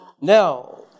Now